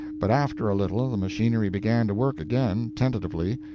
but after a little the machinery began to work again, tentatively,